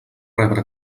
rebre